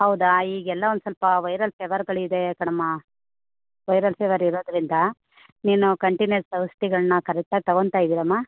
ಹೌದ ಈಗೆಲ್ಲ ಒಂದು ಸ್ವಲ್ಪ ವೈರಲ್ ಫೆವರ್ಗಳಿದೆ ಕಣಮ್ಮ ವೈರಲ್ ಫೀವರ್ ಇರೋದರಿಂದ ನೀನು ಕಂಟಿನ್ಯೂಯಸ್ ಔಷಧಿಗಳನ್ನ ಕರೆಕ್ಟ್ ಆಗಿ ತಗೋತ ಇದೀರಮ್ಮ